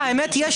אה, יש לנו כבר.